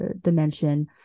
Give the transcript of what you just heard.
dimension